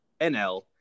NL